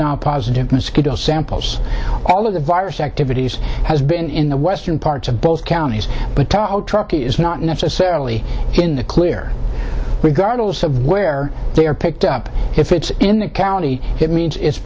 nile positive mosquito samples all of the virus activities has been in the western part of both counties but tell truckee is not necessarily in the clear regardless of where they are picked up if it's in the county it means it's